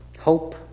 Hope